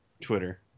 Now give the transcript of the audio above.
twitter